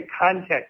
context